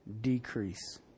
decrease